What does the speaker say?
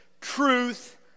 truth